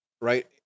Right